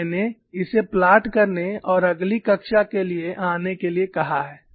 और मैंने इसे प्लॉट करने और अगली कक्षा के लिए आने के लिए कहा है